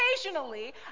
occasionally